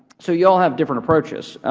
so you all have different approaches.